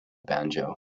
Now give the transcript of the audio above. banjo